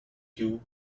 stew